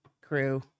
crew